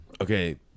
Okay